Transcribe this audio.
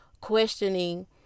questioning